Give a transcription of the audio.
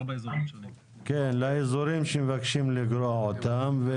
לאזורים שמבקשים לגרוע אותם.